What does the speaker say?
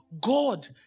God